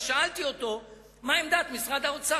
שאלתי אותו מה עמדת משרד האוצר